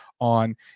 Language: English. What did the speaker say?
On